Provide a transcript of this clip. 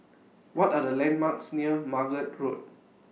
What Are The landmarks near Margate Road